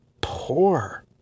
poor